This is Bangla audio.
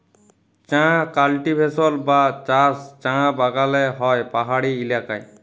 চাঁ কাল্টিভেশল বা চাষ চাঁ বাগালে হ্যয় পাহাড়ি ইলাকায়